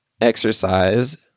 exercise